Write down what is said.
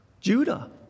Judah